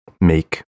make